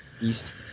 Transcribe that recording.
east